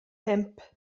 pump